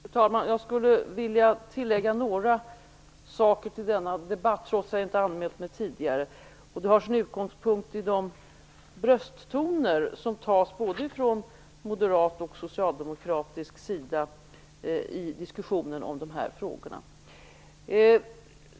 Fru talman! Jag skulle vilja tillägga några saker till denna debatt, trots att jag inte anmält mig tidigare. De har sin utgångspunkt i de brösttoner som hörs både från moderat och från socialdemokratisk sida i diskussionen om dessa frågor.